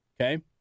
Okay